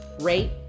rate